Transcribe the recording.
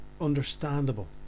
understandable